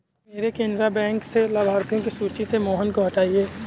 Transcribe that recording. मेरे केनरा बैंक से लाभार्थियों की सूची से मोहन को हटाइए